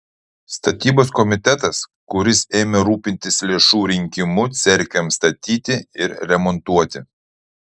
statybos komitetas kuris ėmė rūpintis lėšų rinkimu cerkvėms statyti ir remontuoti